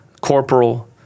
corporal